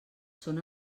són